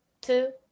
two